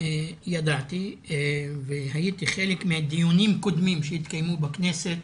ידעתי והייתי חלק מדיונים קודמים שהתקיימו בכנסת